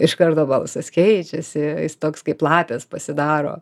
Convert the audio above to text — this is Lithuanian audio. iš karto balsas keičiasi toks kaip lapės pasidaro